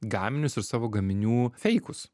gaminius ir savo gaminių feikus